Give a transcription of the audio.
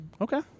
Okay